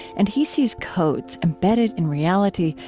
and he sees codes embedded in reality,